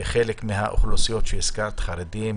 חלק מהאוכלוסיות שהזכרת: חרדים,